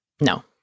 No